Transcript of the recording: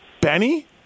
Benny